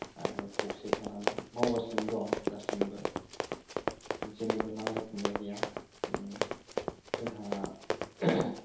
आरो खौसे थानानै मावगासिनो दं दासिमबो जेनिबो नांलाय खमलाय गैया जोंहा